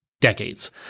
decades